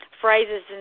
phrases